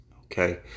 Okay